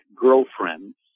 girlfriends